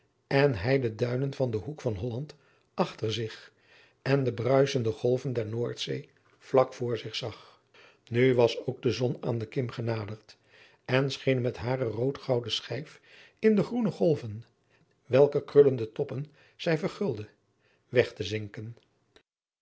en hij de duinen van den hoek van holland achter zich en de bruisende golven der noordzee vlak voor zich zag nu was ook de zon aan de kim genaderd en scheen met hare roodgouden schijf in de groene golven welker krullende toppen zij verguldde weg te zinken